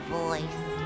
voice